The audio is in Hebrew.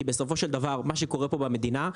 כי בסופו של דבר מה שקורה פה במדינה,